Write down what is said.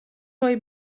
هایی